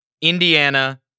Indiana